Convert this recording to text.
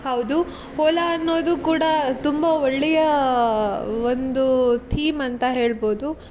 ಹೌದು ಓಲಾ ಅನ್ನೋದು ಕೂಡ ತುಂಬ ಒಳ್ಳೆಯ ಒಂದು ಥೀಮ್ ಅಂತ ಹೇಳ್ಬೋದು